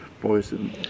poison